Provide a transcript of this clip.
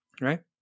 Right